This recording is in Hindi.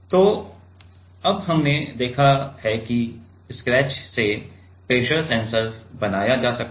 तो अब हमने देखा है कि स्क्रैच से प्रेशर सेंसर बनाया जा सकता है